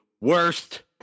worst